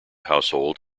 household